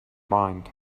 mind